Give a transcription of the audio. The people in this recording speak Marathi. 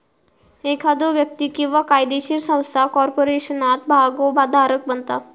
एखादो व्यक्ती किंवा कायदोशीर संस्था कॉर्पोरेशनात भागोधारक बनता